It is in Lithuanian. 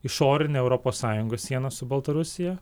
išorinę europos sąjungos sieną su baltarusija